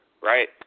right